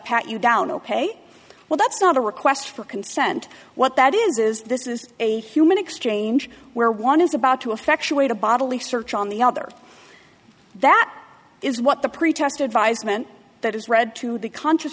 pat you down ok well that's not a request for consent what that is is this is a human exchange where one is about to effectuate a bodily search on the other that is what the pretest advisement that is read to the conscious